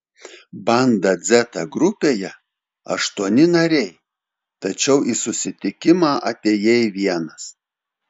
banda dzeta grupėje aštuoni nariai tačiau į susitikimą atėjai vienas